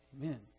Amen